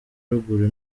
ruguru